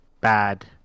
bad